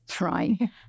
right